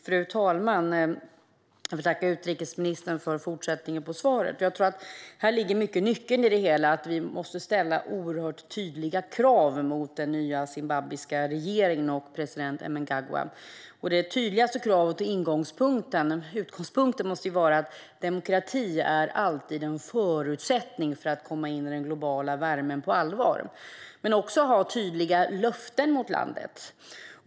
Fru talman! Jag vill tacka utrikesministern för fortsättningen på svaret. Nyckeln i det hela ligger i att vi måste ställa oerhört tydliga krav mot den nya zimbabwiska regeringen och president Mnangagwa. Det tydligaste kravet och utgångspunkten måste vara att demokrati alltid är en förutsättning för att komma in i den globala värmen på allvar. Men det måste också finnas tydliga löften mot landet.